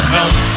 Help